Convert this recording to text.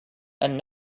and